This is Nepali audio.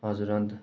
हजुर अन्त